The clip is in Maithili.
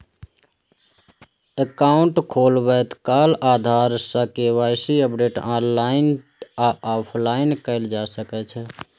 एकाउंट खोलबैत काल आधार सं के.वाई.सी अपडेट ऑनलाइन आ ऑफलाइन कैल जा सकै छै